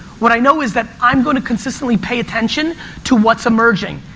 what i know is that i'm gonna consistently pay attention to what's emerging.